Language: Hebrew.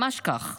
ממש כך.